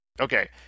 Okay